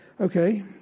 Okay